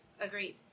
Agreed